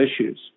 issues